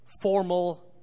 formal